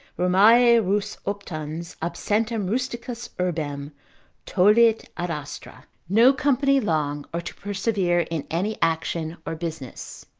romae rus optans, absentem rusticus urbem tollit ad astra no company long, or to persevere in any action or business.